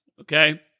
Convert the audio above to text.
Okay